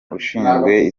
ushinzwe